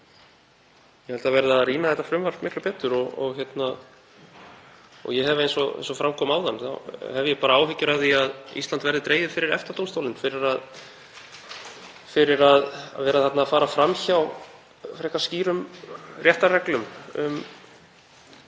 ég held að það þurfi að rýna þetta frumvarp miklu betur. Og eins og fram kom áðan þá hef ég bara áhyggjur af því að Ísland verði dregið fyrir EFTA-dómstólinn fyrir að fara fram hjá frekar skýrum réttarreglum